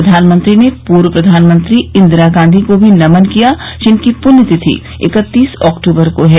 प्रधानमंत्री ने पूर्व प्रधानमंत्री इंदिरा गांधी को भी नमन किया जिनकी पुण्य तिथि इकत्तीस अक्टूबर को है